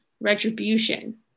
retribution